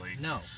No